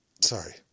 Sorry